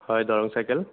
হয় দৰং চাইকেল